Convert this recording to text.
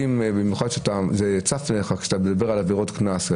במיוחד שזה צף כשאתה מדבר על עבירות קנס,